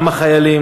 גם החיילים,